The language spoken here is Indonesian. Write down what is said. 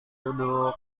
duduk